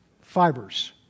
fibers